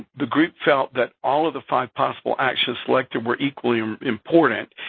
the group felt that all of the five possible actions selected were equally um important.